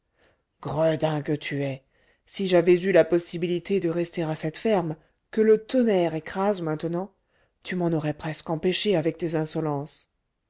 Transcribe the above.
gredin que tu es si j'avais eu la possibilité de rester à cette ferme que le tonnerre écrase maintenant tu m'en aurais presque empêché avec tes insolences